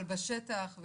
אבל בשטח,